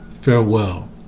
farewell